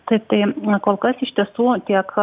taip tai na kol kas iš tiesų tiek